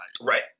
Right